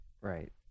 Right